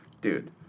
dude